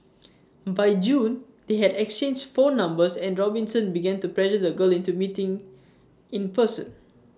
by June they had exchanged phone numbers and Robinson began to pressure the girl into meeting in person